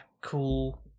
cool